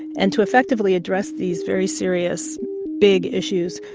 and to effectively address these very serious big issues,